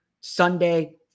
Sunday